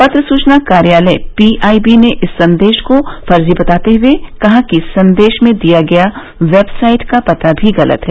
पत्र सूचना कार्यालय पीआईबी ने इस संदेश को फर्जी बताते हुए कहा कि संदेश में दिया गया वेबसाइट का पता भी गलत है